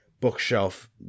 bookshelf